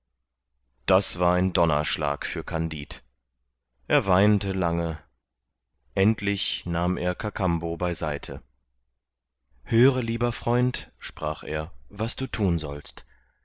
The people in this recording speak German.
das war ein donnerschlag für kandid er weinte lange endlich nahm er kakambo bei seite höre lieber freund sprach er was du thun sollst